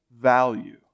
value